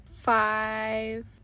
five